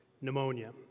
pneumonia